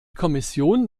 kommission